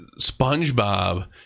Spongebob